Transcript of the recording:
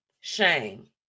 shame